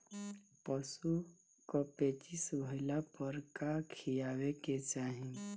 पशु क पेचिश भईला पर का खियावे के चाहीं?